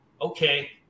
Okay